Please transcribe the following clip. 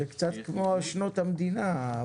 זה קצת כמו שנות המדינה.